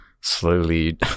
slowly